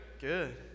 Good